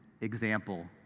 example